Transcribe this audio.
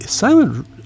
Silent